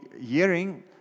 hearing